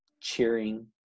cheering